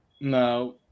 No